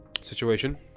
situation